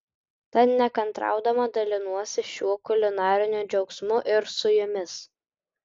tad nekantraudama dalinuosi šiuo kulinariniu džiaugsmu ir su jumis